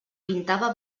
pintada